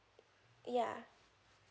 yeah